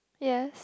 yes